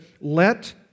let